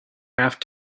have